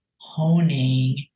honing